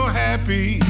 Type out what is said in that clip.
happy